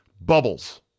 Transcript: Bubbles